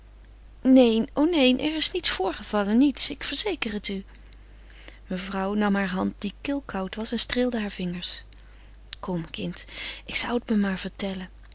neen o neen er is niets voorgevallen niets ik verzeker het u mevrouw nam hare hand die kilkoud was en streelde hare vingers kom kind ik zou het me maar vertellen